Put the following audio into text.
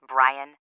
Brian